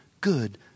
good